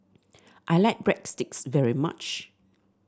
I like Breadsticks very much